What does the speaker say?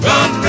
Run